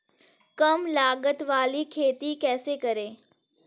कम लागत वाली खेती कैसे करें?